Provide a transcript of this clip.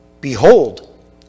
behold